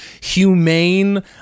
humane